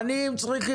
עזוב אותך,